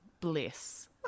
bliss